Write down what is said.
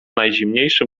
najzimniejszy